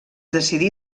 decidí